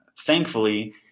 thankfully